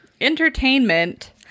entertainment